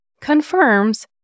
confirms